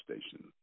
station